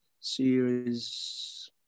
series